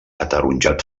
ataronjat